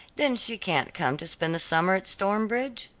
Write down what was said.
then she can't come to spend the summer at stormbridge?